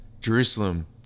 jerusalem